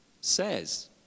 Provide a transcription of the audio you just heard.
says